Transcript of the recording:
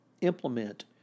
implement